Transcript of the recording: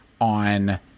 on